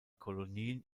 kolonien